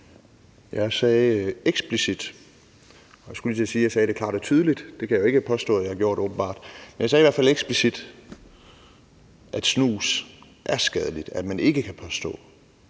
hvert fald explicit, at snus er skadeligt, og at man ikke kan påstå,